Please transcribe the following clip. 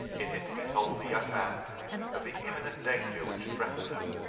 in it he told the young man of the imminent danger which threatened them,